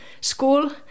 school